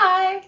Bye